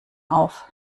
auf